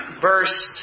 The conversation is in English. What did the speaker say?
verse